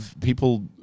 People